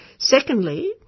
Secondly